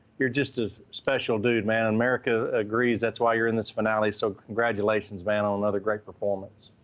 you're just a special dude, man. america agrees. that's why you're in this finale, so congratulations, man, on another great performance.